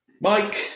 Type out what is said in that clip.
mike